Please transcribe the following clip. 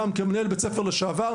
גם כמנהל בית ספר לשעבר,